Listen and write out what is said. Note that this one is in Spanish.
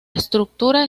estructura